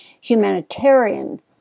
humanitarian